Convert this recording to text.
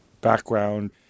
Background